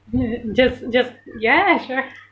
just just ya sure